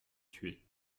tué